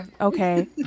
Okay